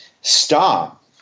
stop